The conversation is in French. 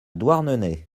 douarnenez